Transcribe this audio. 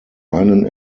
einen